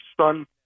son